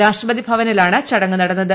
രാഷ്ട്രപതി ഭവനിലാണ് ചടങ്ങ് നടിന്ന്ത്